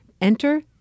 Enter